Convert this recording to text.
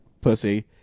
pussy